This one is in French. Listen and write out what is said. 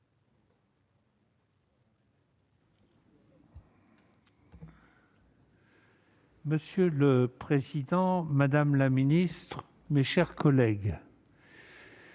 Monsieur le président, madame la ministre, mes chers collègues,